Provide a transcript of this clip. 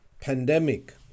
pandemic